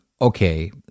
okay